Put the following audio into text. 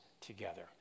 together